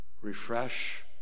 Refresh